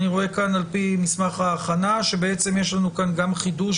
אני רואה כאן על פי מסמך ההכנה שבעצם יש לנו כאן גם חידוש